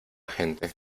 gente